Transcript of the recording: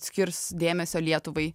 skirs dėmesio lietuvai